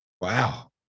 Wow